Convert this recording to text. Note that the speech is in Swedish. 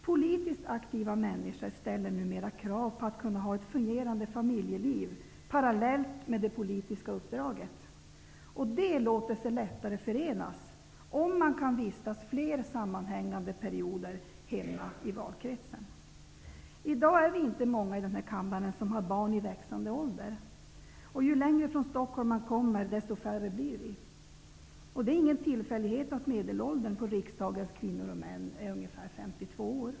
Politiskt aktiva människor ställer numera krav på att kunna ha ett fungerande familjeliv parallellt med det politiska uppdraget. Dessa saker låter sig lättare förenas om man kan vistas fler sammanhängande perioder hemma i valkretsen. I dag är vi inte många i denna kammare som har barn i växande ålder. Ju längre från Stockholm man kommer, desto färre blir vi. Det är ingen tillfällighet att medelåldern på riksdagens kvinnor och män är cirka 52 år.